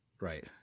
Right